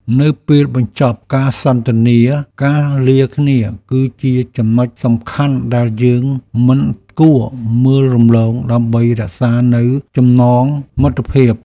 នៅពេលបញ្ចប់ការសន្ទនាការលាគ្នាគឺជាចំណុចសំខាន់ដែលយើងមិនគួរមើលរំលងដើម្បីរក្សានូវចំណងមិត្តភាព។